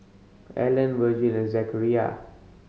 Allen Virgel and Zechariah